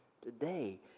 today